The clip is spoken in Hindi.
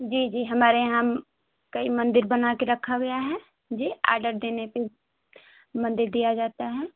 जी जी हमारे यहाँ कई मंदिर बनाकर रखा गया है जी ऑर्डर देने पर मंदिर दिया जाता है